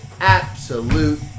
Absolute